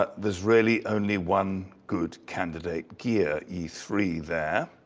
but there's really only one good candidate gear, e three there.